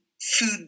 food